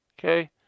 Okay